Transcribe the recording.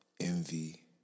envy